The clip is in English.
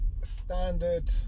standard